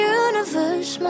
universe